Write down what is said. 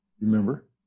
remember